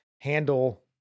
handle